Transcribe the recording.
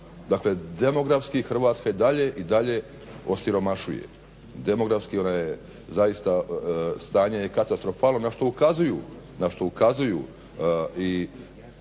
Dakle demografski Hrvatska i dalje osiromašuje, demografski ona je zaista stanje je katastrofalno na što ukazuju i